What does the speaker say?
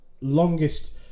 longest